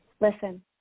Listen